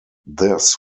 this